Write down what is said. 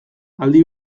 aldi